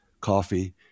Coffee